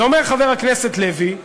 אז אומר חבר הכנסת לוי: